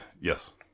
Yes